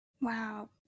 Wow